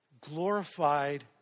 glorified